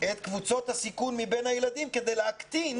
את קבוצות הסיכון מבין הילדים כדי להקטין